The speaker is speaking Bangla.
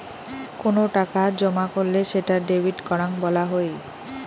কোনো টাকা জমা করলে সেটা ডেবিট করাং বলা হই